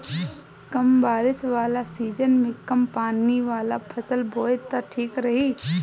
कम बारिश वाला सीजन में कम पानी वाला फसल बोए त ठीक रही